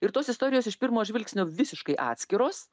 ir tos istorijos iš pirmo žvilgsnio visiškai atskiros